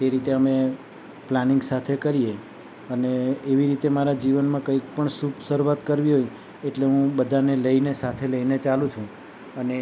તે રીતે અમે પ્લાનિંગ સાથે કરીએ અને એવી રીતે મારા જીવનમાં કંઈ પણ શુભ શરૂઆત કરવી હોય એટલે હું બધાને લઈને સાથે લઈને ચાલુ છું અને એનામાં